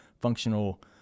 functional